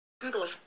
Google